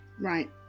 Right